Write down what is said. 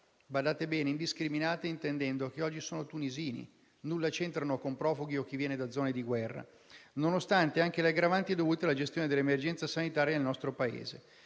l'aggettivo «indiscriminata», intendendo che oggi sono tunisini, che nulla c'entrano con i profughi o con chi viene dalle zone di guerra - nonostante l'aggravante dovuta alla gestione dell'emergenza sanitaria nel nostro Paese.